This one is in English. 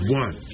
one